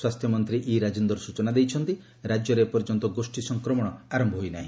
ସ୍ୱାସ୍ଥ୍ୟମନ୍ତ୍ରୀ ଇ ରାଜେନ୍ଦର୍ ସୂଚନା ଦେଇଛନ୍ତି ରାଜ୍ୟରେ ଏପର୍ଯ୍ୟନ୍ତ ଗୋଷ୍ଠୀ ସଂକ୍ରମଣ ଆରମ୍ଭ ହୋଇ ନାହିଁ